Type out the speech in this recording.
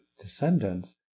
descendants